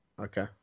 Okay